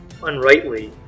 unrightly